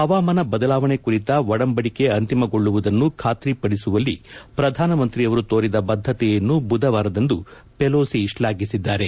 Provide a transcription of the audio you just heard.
ಹವಾಮಾನ ಬದಲಾವಣೆ ಕುರಿತ ಒಡಂಬಡಿಕೆ ಅಂತಿಮಗೊಳ್ಳುವುದನ್ನು ಖಾತ್ರಿ ಪಡಿಸುವಲ್ಲಿ ಪ್ರಧಾನಮಂತ್ರಿಯವರು ತೋರಿದ ಬದ್ದತೆಯನ್ನು ಬುಧವಾರದಂದು ಪೆಲೋಸಿ ಶ್ಲಾಘಿಸಿದ್ದಾರೆ